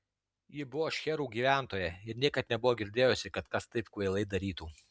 ji buvo šcherų gyventoja ir niekad nebuvo girdėjusi kad kas taip kvailai darytų